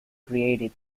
created